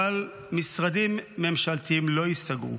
אבל משרדים ממשלתיים לא ייסגרו.